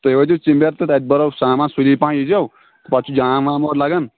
تُہۍ وٲتِو ژِنٛبٮ۪ر تہٕ تَتہِ بَرو سامان سُلی پہن ییٖزیو پتہٕ چھُ جام وام اورٕ لَگان